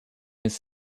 his